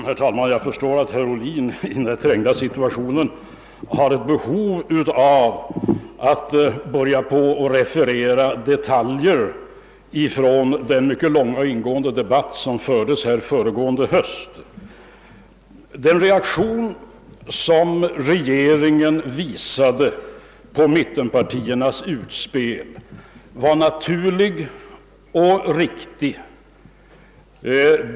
Herr talman! Jag förstår att herr Ohlin i den trängda situation där han nu befinner sig har ett behov av att referera detaljer från den mycket långa och ingående debatt som fördes föregående höst. Den reaktion som regeringen visade på mittenpartiernas utspel var naturlig och riktig.